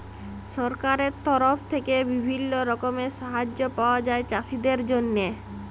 সরকারের তরফ থেক্যে বিভিল্য রকমের সাহায্য পায়া যায় চাষীদের জন্হে